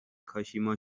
کاشیما